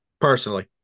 Personally